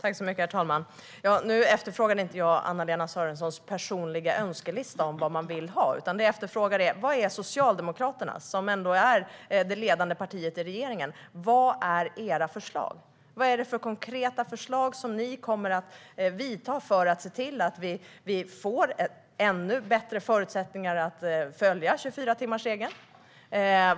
Herr talman! Jag efterfrågade inte Anna-Lena Sörensons personliga önskelista på vad man vill ha, utan det jag efterfrågade var detta: Vad är Socialdemokraternas - som ändå är det ledande partiet i regeringen - förslag? Vad är det för konkreta förslag ni kommer att lägga fram för att se till att vi får ännu bättre förutsättningar att följa 24-timmarsregeln?